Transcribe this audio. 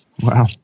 Wow